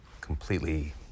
completely